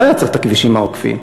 לא היה צריך את הכבישים העוקפים.